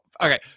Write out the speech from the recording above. okay